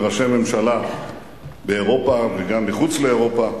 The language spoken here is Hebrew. וראשי ממשלה באירופה וגם מחוץ לאירופה,